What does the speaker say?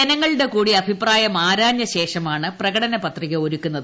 ജനങ്ങളുടെ കൂടി അഭിപ്രായം ആരാഞ്ഞ ശേഷമാണ് പ്രകടനപത്രിക ഒരുക്കുന്നത്